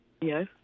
Yes